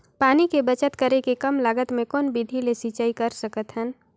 पानी के बचत करेके कम लागत मे कौन विधि ले सिंचाई कर सकत हन?